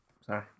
sorry